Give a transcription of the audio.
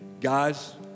Guys